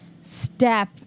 step